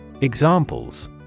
Examples